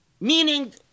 Meaning